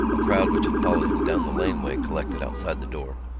a crowd which had followed him down the laneway collected outside the door,